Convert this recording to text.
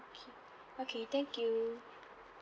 okay okay thank you